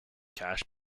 cash